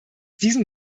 diesen